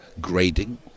grading